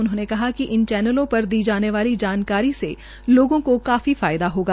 उन्होंने कहा कि इन चैनलों पर दी जाने वाली जानकारी से लागों का काफी फायदा हागा